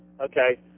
Okay